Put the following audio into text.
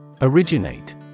Originate